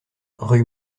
rue